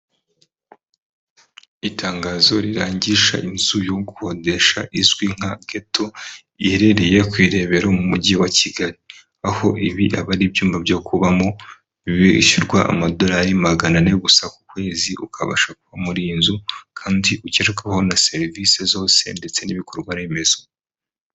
Itangazo rirangisha inzu yo gukodesha izwi nka geto iherereye ku Irebero mu mujyi wa Kigali. Aho ibi aba ari ibyumba byo kubamo byishyurwa amadolari magana ane gusa ku kwezi ukabasha kuba muri iyi nzu kandi ugerwaho na serivisi zose ndetse n'ibikorwa remezo.